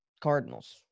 Cardinals